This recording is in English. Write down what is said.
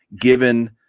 Given